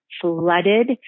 flooded